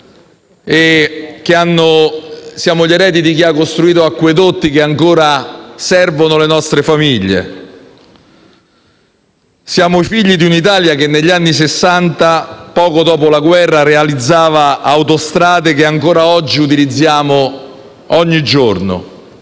siamo gli eredi di chi ha costruito acquedotti che ancora servono le nostre famiglie. Siamo i figli di un'Italia che, negli anni Sessanta, poco dopo la guerra, realizzava autostrade che ancora oggi utilizziamo ogni giorno.